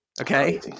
Okay